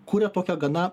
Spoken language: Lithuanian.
kuria tokią gana